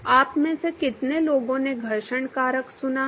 आप में से कितने लोगों ने घर्षण कारक सुना है